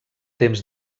temps